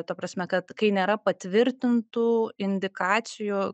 ta prasme kad kai nėra patvirtintų indikacijų